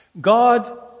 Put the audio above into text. God